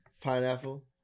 pineapple